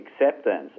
acceptance